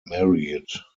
married